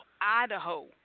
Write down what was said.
Idaho